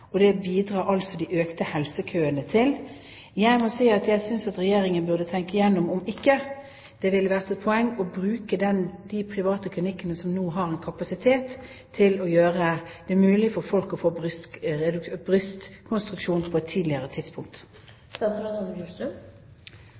og det bidrar altså de økte helsekøene til. Jeg synes Regjeringen burde tenke igjennom om det ikke ville vært et poeng å bruke de private klinikkene som nå har kapasitet til å gjøre det mulig for folk å få brystrekonstruksjon på et tidligere tidspunkt.